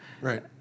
Right